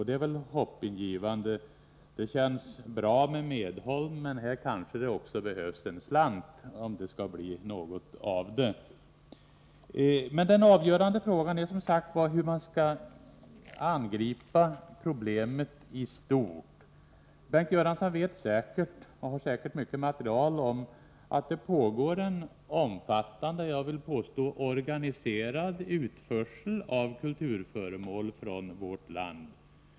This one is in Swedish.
Det är väl hoppingivande — det känns bra med medhåll, men här kanske det också behövs en slant, om det skall bli något av det hela. Den avgörande frågan är dock, som sagt, hur man skall angripa problemet istort. Bengt Göransson vet säkert, och har nog också mycket material om, att det pågår en omfattande — jag vill påstå organiserad — utförsel av kulturföremål från vårt land.